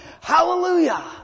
hallelujah